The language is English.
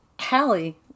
Hallie